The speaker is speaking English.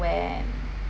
where